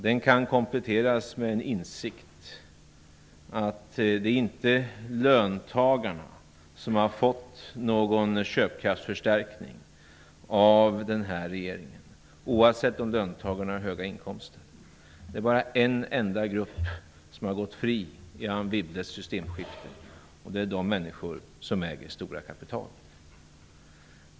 Den kan kompletteras med en insikt om att det inte är löntagarna som har fått någon köpkraftsförstärkning av den nuvarande regeringen, oavsett om löntagarna har höga inkomster. Det är bara en enda grupp som har gått fri i Anne Wibbles systemskifte. Det är de människor som äger stora kapital.